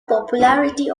popularity